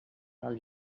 del